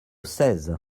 seize